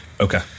Okay